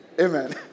Amen